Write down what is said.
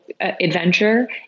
adventure